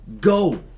go